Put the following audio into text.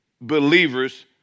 believers